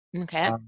Okay